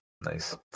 nice